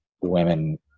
women